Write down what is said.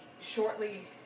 shortly